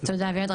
תודה אביעד.